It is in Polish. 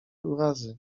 urazy